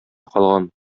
калган